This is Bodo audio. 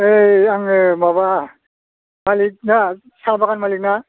ओइ आङो माबा मालिक ना साहा बागान मालिक ना